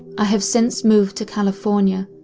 i have since moved to california,